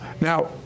Now